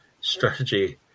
strategy